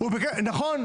לא,